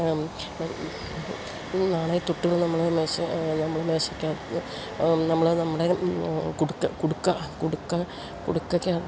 നാണയത്തുട്ടുകൾ നമ്മൾ നമ്മൾ മേശയ്ക്കകത്തുനിന്ന് നമ്മൾ നമ്മുടെ കുടുക്ക കുടുക്ക കുടുക്ക കുടുക്കയ്ക്കകത്ത്